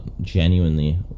genuinely